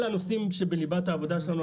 אלה הם הנושאים שבליבת העבודה שלנו.